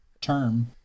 Term